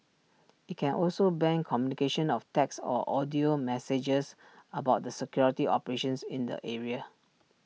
IT can also ban communication of text or audio messages about the security operations in the area